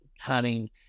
hunting